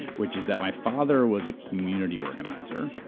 which is that my father was a community organizer